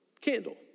candle